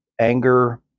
Anger